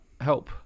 help